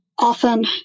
often